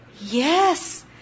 Yes